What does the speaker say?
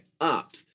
up